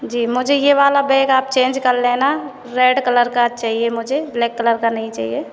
जी मुझे ये वाला बैग आप चेंज कर लेना रेड कलर का चाहिए मुझे ब्लैक कलर का नहीं चाहिए